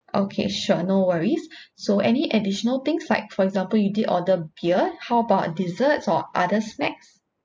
okay sure no worries so any additional things like for example you did order beer how about desserts or other snacks